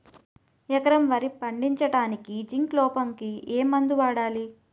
ఎకరం వరి పండించటానికి జింక్ లోపంకి ఏ మందు వాడాలి?